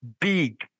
big